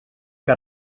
que